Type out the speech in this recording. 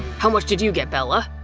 how much did you get, bella?